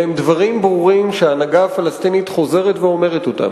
אלו דיבורים בעלמא, הוא פשוט מאוד בורח מהאחריות.